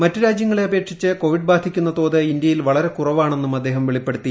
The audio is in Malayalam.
മറ്റ് രാജ്യങ്ങളെ അപേക്ഷിച്ച് കോവിഡ് ബാധിക്കുന്ന തോത് ഇന്ത്യയിൽ വളരെ കുറവാണെന്നും അദ്ദേഹം വെളിപ്പെടുത്തി